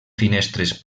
finestres